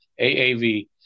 AAV